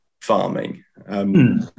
farming